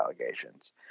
allegations